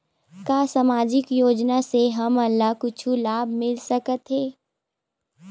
का सामाजिक योजना से हमन ला कुछु लाभ मिल सकत हे?